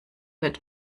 wird